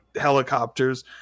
helicopters